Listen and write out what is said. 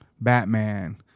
Batman